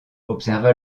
observa